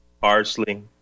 parsley